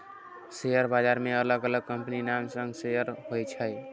share बाजार मे अलग अलग कंपनीक नाम सं शेयर होइ छै